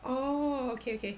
oh okay okay